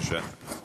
הממשלה.